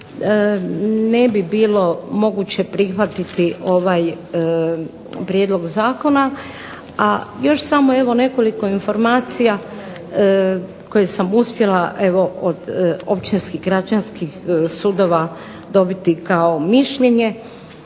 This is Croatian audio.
ne bi bilo moguće prihvatiti ovaj prijedlog zakona. Još samo evo nekoliko informacija koje sam uspjela od općinskih građanskih sudova dobiti mišljenje.